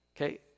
Okay